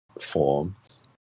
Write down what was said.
forms